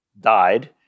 died